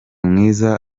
mwiza